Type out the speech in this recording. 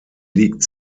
liegt